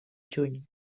juny